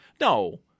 no